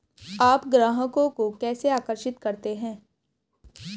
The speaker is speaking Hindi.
आप ग्राहकों को कैसे आकर्षित करते हैं?